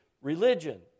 religion